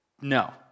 no